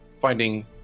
finding